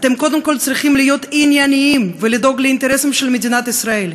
אתם קודם כול צריכים להיות ענייניים ולדאוג לאינטרסים של מדינת ישראל.